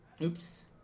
Oops